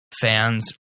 fans